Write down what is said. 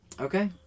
Okay